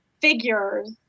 figures